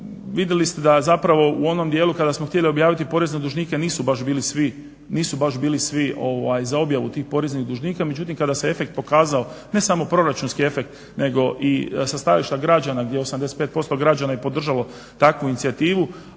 Vidjeli ste da zapravo u onom dijelu kada smo htjeli objaviti porezne dužnike nisu baš bili svi za objavu tih poreznih dužnika, međutim kada se efekt pokazao ne samo proračunski efekt nego i sa stajališta građana gdje 85% građana je podržalo takvu inicijativu,